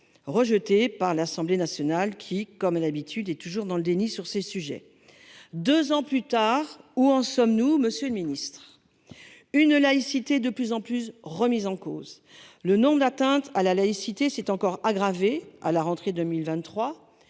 rejetée par l'Assemblée nationale, qui comme d'habitude est toujours dans le déni sur ces sujets. Deux ans plus tard, où en sommes-nous, monsieur le ministre ? La laïcité est de plus en plus remise en cause. Le nombre d'atteintes à la laïcité s'est encore aggravé depuis la